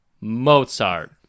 Mozart